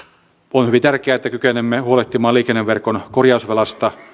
on hyvin tärkeää että kykenemme huolehtimaan liikenneverkon korjausvelasta